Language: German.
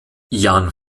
jan